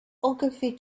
ogilvy